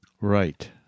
Right